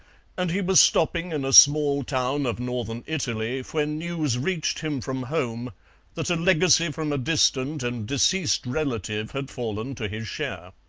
and he was stopping in a small town of northern italy when news reached him from home that a legacy from a distant and deceased relative had fallen to his share.